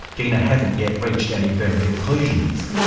ghena hasn't yet reached any firm conclusions.